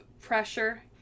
pressure